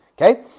okay